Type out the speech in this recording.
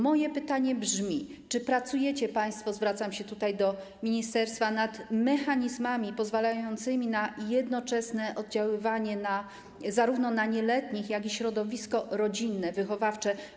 Moje pytanie brzmi: Czy pracujecie państwo - zwracam się do ministerstwa - nad mechanizmami pozwalającymi na jednoczesne oddziaływanie zarówno na nieletnich, jak i na środowisko rodzinne, wychowawcze?